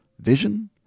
vision